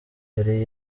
yari